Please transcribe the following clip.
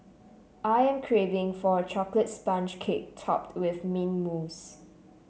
I am craving for a chocolate sponge cake topped with mint mousse